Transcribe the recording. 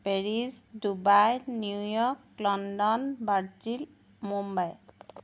Paris Dubai New York London Brazil Mumbai